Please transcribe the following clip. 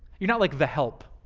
you're not like the help,